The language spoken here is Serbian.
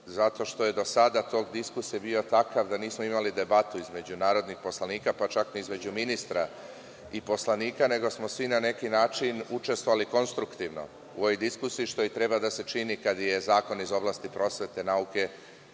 zato što je do sada tok diskusije bio takav da nismo imali debatu između narodnih poslanika, pa čak ni između ministra i poslanika, nego smo svi na neki način učestvovali konstruktivno u ovoj diskusiji, što i treba da se čini kada je zakon iz oblasti prosvete, nauke